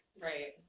Right